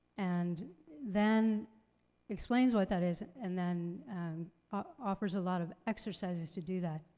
and then explains what that is and then ah offers a lot of exercises to do that.